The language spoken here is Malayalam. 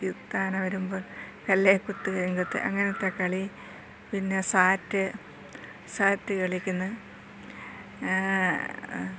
കത്താന വരുമ്പോൾ കല്ലേ കുത്ത് കരിങ്കുത്ത് അങ്ങനത്തെ കളി പിന്നെ സാറ്റ് സാറ്റ് കളിക്കുന്നു